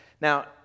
Now